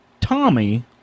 Tommy